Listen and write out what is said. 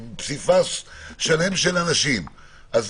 עם פסיפס שלם של אנשים ולכן,